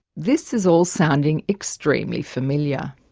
this is all sounding extremely familiar.